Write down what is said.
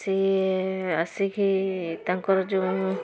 ସିଏ ଆସିକି ତାଙ୍କର ଯେଉଁ